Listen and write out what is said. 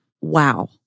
Wow